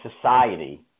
society